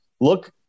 look